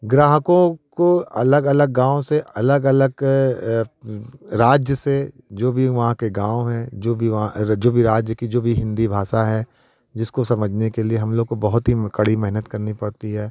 ग्राहकों को अलग अलग गाँव से अलग अलग राज्य से जो भी वहाँ के गाँव हैं जो भी वहाँ जो भी राज्य की जो भी हिन्दी भाषा है जिसको समझने के लिए हम लोग को बहुत ही कड़ी मेहनत करनी पड़ती है